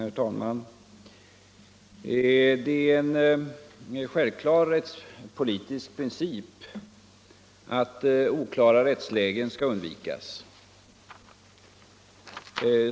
Herr talman! Det är en självklar rättspolitisk princip att oklara rättslägen skall undvikas.